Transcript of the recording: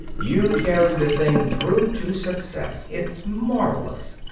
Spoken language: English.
you carried the thing through to success. it's marvelous!